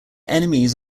enemies